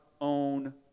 own